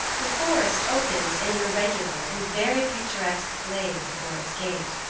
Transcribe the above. the forest opens in an irregular and very picturesque glade before its gate,